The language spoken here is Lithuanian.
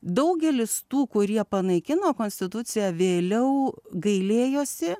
daugelis tų kurie panaikino konstituciją vėliau gailėjosi